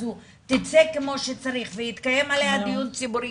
הזו תצא כמו שצריך ויתקיים עליה דיון ציבורי,